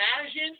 imagine